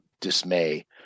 dismay